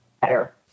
better